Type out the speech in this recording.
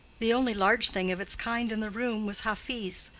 the only large thing of its kind in the room was hafiz,